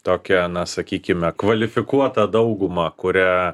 tokią na sakykime kvalifikuotą daugumą kurią